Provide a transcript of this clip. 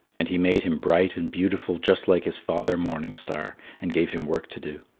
and he made him bright and beautiful, just like his father morning star, and gave him work to do.